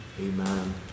Amen